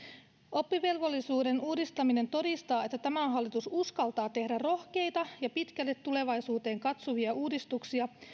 oppivelvollisuuden uudistaminen todistaa että tämä hallitus uskaltaa tehdä rohkeita ja pitkälle tulevaisuuteen katsovia uudistuksia